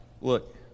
Look